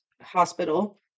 hospital